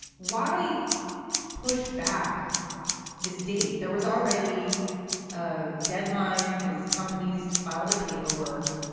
why push back this date? there was already a deadline for these companies to file their paperwork.